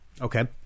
okay